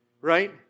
Right